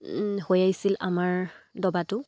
হৈ আহিছিল আমাৰ দবাটো